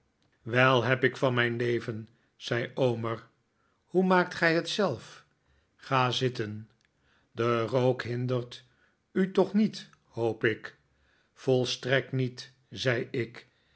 wel heb ik van mijn levenj zei omer hoe maakt gij het zelf ga zitten de rook hindert u toch niet hoop ik volstrekt niet zei ik